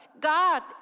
god